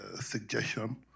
suggestion